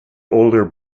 older